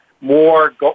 more